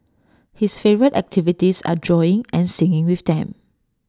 his favourite activities are drawing and singing with them